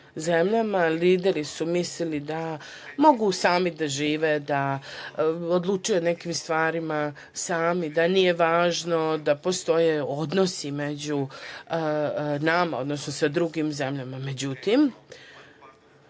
lideri su mislili da mogu sami da žive, da odlučuju o nekim stvarima sami, da nije važno da postoje odnosi sa drugim zemljama,